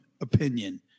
opinion